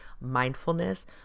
mindfulness